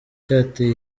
cyateye